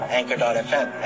Anchor.fm